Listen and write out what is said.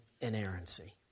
inerrancy